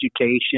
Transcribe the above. education